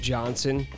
Johnson